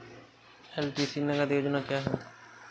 LTC नगद योजना क्या है?